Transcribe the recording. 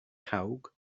cawg